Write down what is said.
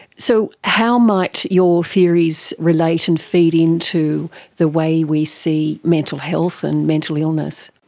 so how might your theories relate and feed into the way we see mental health and mental illness?